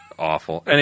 awful